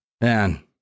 Man